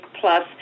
plus